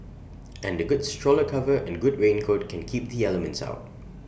and A good stroller cover and good raincoat can keep the elements out